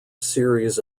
series